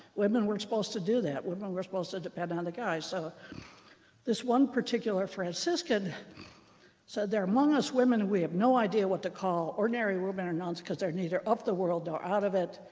women weren't supposed to do that. women were supposed to depend on the guy. so this one particular franciscan said, there are among us women we have no idea what to call, ordinary women or nuns, because they're neither of the world nor out of it,